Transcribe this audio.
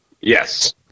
Yes